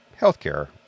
healthcare